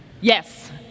Yes